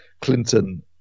Clinton